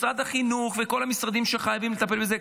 משרד החינוך וכל המשרדים חייבים לטפל בזה,